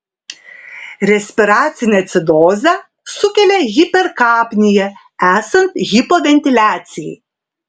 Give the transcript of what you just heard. respiracinę acidozę sukelia hiperkapnija esant hipoventiliacijai